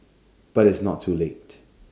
but it's not too late